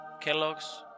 Kellogg's